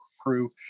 crew